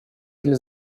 для